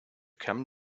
come